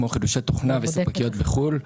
כמו חידושי תוכנה וספקיות בחו"ל,